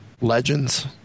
legends